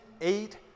eight